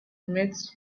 met